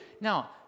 Now